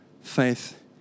faith